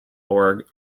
org